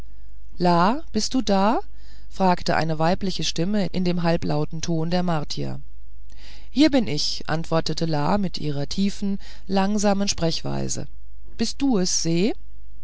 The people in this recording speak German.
bist du da fragte eine weibliche stimme in dem halblauten ton der martier hier bin ich antwortete la in ihrer tiefen langsamen sprechweise bist du es se